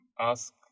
Ask